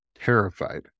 terrified